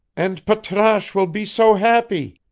and patrasche will be so happy!